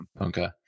okay